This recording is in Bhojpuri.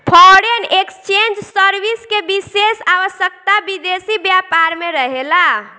फॉरेन एक्सचेंज सर्विस के विशेष आवश्यकता विदेशी व्यापार में रहेला